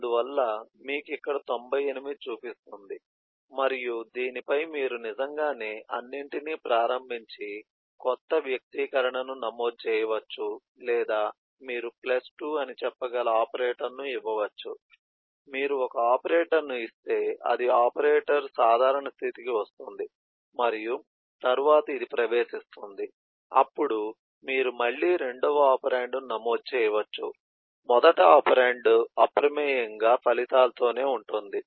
అందువల్ల మీకు ఇక్కడ 98 చూపిస్తుంది మరియు దీనిపై మీరు నిజంగానే అన్నింటినీ ప్రారంభించి క్రొత్త వ్యక్తీకరణను నమోదు చేయవచ్చు లేదా మీరు ప్లస్ 2 అని చెప్పగల ఆపరేటర్ను ఇవ్వవచ్చు మీరు ఒక ఆపరేటర్ను ఇస్తే అది ఆపరేటర్ సాధారణ స్థితికి వస్తుంది మరియు తరువాత ఇది ప్రవేశిస్తుంది అప్పుడు మీరు మళ్ళీ రెండవ ఒపెరాండ్ను నమోదు చేయవచ్చు మొదటి ఒపెరాండ్ అప్రమేయంగా ఫలితాలతోనే ఉంటుంది